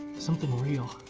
something real.